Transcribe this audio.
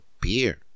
beer